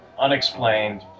unexplained